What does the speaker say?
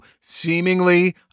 seemingly